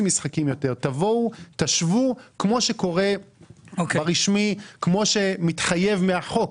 תבואו, תשוו, כמו שקורה ברשמי, כמו שמתחייב מהחוק.